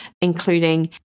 including